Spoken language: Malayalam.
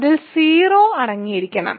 അതിൽ 0 അടങ്ങിയിരിക്കണം